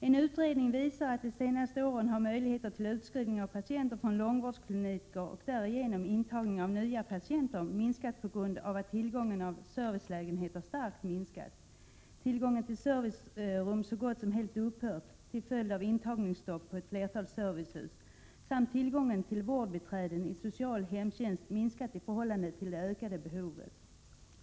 En utredning visar att under de senaste åren har möjligheter till utskrivning av patienter från långvårdskliniker, och därigenom intagning av nya patienter, minskat på grund av att tillgången på servicelägenheter starkt minskat. Tillgången på servicerum har så gott som helt upphört till följd av intagningsstopp när det gäller ett flertal servicehus. Tillgången på vårdbiträden i social hemtjänst har också minskat i förhållande till de ökade behoven.